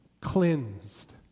cleansed